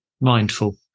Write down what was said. Mindful